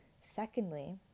Secondly